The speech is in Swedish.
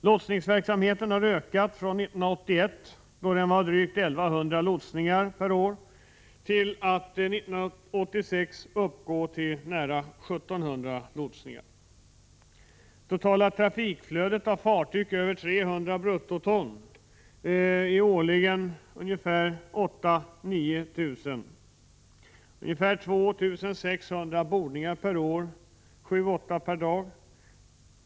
Lotsningsverksamheten har ökat från 1981, då den var drygt 1 100 lotsningar, till att 1986 uppgå till nära 1 700 lotsningar. Totala trafikflödet av fartyg över 300 bruttoton är årligen 8 000-9 000. Det görs ca 2 600 bordningar per år, 7-8 per dag.